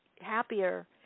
happier